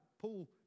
Paul